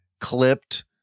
clipped